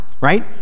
right